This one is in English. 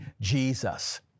Jesus